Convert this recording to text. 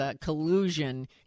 collusion